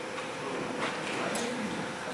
הימנעות למלא שאלון),